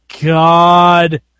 God